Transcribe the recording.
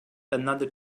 another